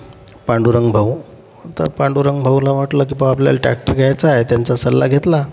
पांडुरंगभाऊ तर पांडुरंगभाऊला म्हटलं की बा आपल्याला टॅक्टर घ्यायचा आहे त्यांचा सल्ला घेतला